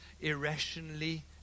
irrationally